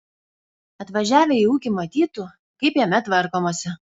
atvažiavę į ūkį matytų kaip jame tvarkomasi